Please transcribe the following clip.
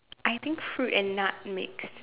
I think fruit and nut mixed